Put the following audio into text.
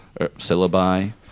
syllabi